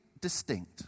distinct